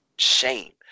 Shame